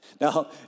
Now